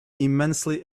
immensely